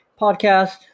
podcast